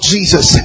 Jesus